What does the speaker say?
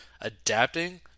adapting